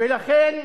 ולכן,